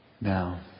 Now